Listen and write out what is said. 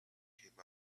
came